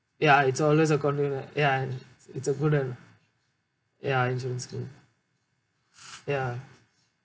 ya it's always a convenient ya it's a good in ya insurance scheme ya